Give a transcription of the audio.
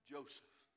Joseph